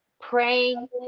praying